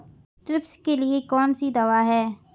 Thrips के लिए कौन सी दवा है?